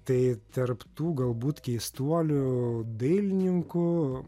tai tarp tų galbūt keistuolių dailininkų